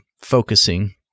focusing